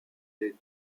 les